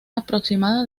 aproximada